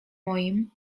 moim